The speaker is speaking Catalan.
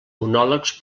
monòlegs